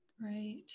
Right